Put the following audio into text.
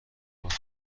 کمک